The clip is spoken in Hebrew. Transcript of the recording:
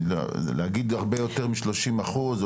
להגיד הרבה יותר משלושים אחוז,